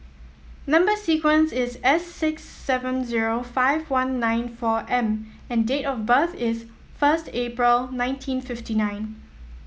number sequence is S six seven zero five one nine four M and date of birth is first April nineteen fifty nine